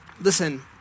listen